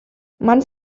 man